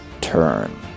turn